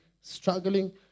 struggling